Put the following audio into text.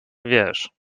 wiesz